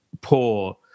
poor